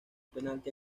penalti